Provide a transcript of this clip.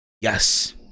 Yes